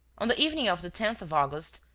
on the evening of the tenth of august,